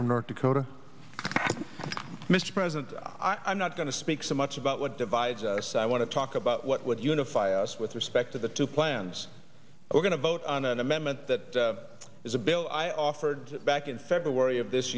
from north dakota mr president i'm not going to speak so much about what divides us i want to talk about what would unify us with respect to the two plans we're going to vote on an amendment that is a bill i offered back in february of this